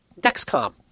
Dexcom